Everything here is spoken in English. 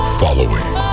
following